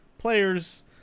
Players